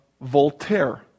Voltaire